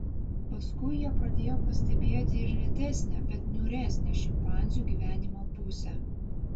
paskui jie pradėjo pastebėti ir retesnę bet niūresnę šimpanzių gyvenimo pusę